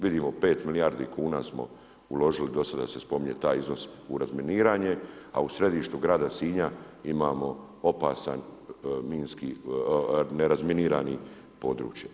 Vidimo 5 milijardi kuna smo uložili, do sada se spominje taj iznos u razminiranje, a u središtu grada Sinja imamo opasan nerazminirani područje.